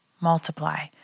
multiply